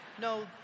no